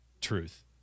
truth